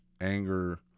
anger